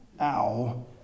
ow